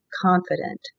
confident